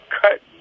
cut